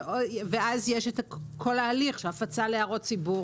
ואז יש את כל ההליך של הפצה להערות ציבור,